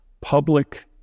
Public